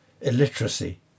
illiteracy